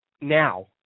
now